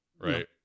Right